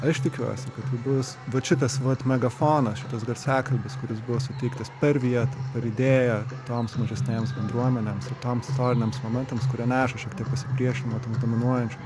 aš tikiuosi kad tai bus vat šitas vat megafonas šitas garsiakalbis kuris buvo suteiktas per vietą ar idėja kitoms mažesnėms bendruomenėms ir tiems istoriniams momentams kurie neša pasipriešinimą tom dominuojančiom